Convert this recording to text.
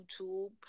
YouTube